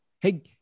hey